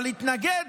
אבל להתנגד?